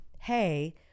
hey